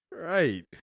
Right